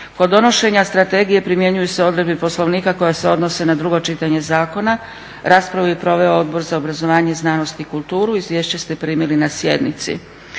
Kod donošenja Strategije primjenjuju se odredbe Poslovnika koje se odnose na drugo čitanje Zakona. Raspravu je proveo Odbor za obrazovanje, znanost i kulturu. Izvješća ste primili na sjednici.